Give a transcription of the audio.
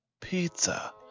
pizza